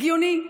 הגיוני.